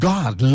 God